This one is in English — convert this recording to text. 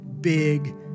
big